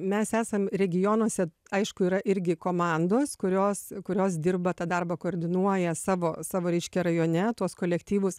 mes esam regionuose aišku yra irgi komandos kurios kurios dirba tą darbą koordinuoja savo savo reiškia rajone tuos kolektyvus